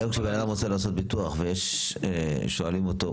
כיום כשבן אדם רוצה לעשות ניתוח ושואלים אותו,